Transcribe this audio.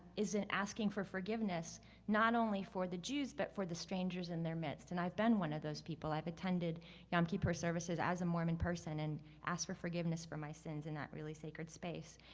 is in asking for forgiveness not only for the jews, but for the strangers in their midst. and i've been one of those those people. i've attended yom kippur services as a mormon person. and ask for forgiveness for my sins in that really sacred space.